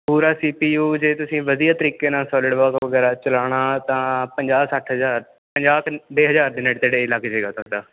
ਪੂਰਾ C P U ਜੇ ਤੁਸੀਂ ਵਧੀਆ ਤਰੀਕੇ ਨਾਲ਼ ਸੋਲਿਡ ਬਗ ਵਗੈਰਾ ਚਲਾਉਣਾ ਤਾਂ ਪੰਜਾਹ ਸੱਠ ਹਜ਼ਾਰ ਪੰਜਾਹ ਕ ਹਜ਼ਾਰ ਦੇ ਨੇੜੇ ਤੇੜੇ ਲੱਗ ਜੇਗਾ ਤਾਡਾ